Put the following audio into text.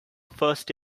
first